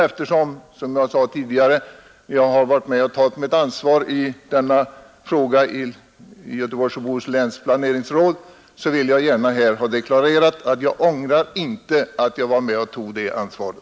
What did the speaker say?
Eftersom jag — som jag sade tidigare — har varit med och tagit mitt ansvar i denna fråga i Göteborgs och Bohus läns planeringsråd vill jag här gärna deklarera att jag inte ångrar att jag gjorde det.